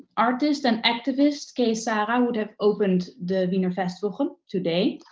artist and activist kay sara would have opened the wiener festwochen today.